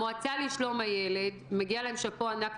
המועצה לשלום הילד, מגיע להם שאפו ענק.